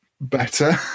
better